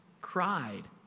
cried